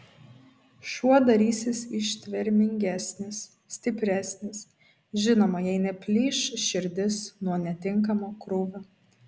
šuo darysis ištvermingesnis stipresnis žinoma jei neplyš širdis nuo netinkamo krūvio